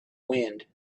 wind